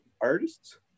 artists